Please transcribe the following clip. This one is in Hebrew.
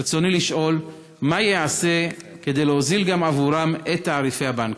רצוני לשאול: מה ייעשה כדי להוזיל גם עבורם את תעריפי הבנקים?